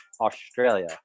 australia